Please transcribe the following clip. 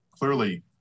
clearly